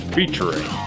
Featuring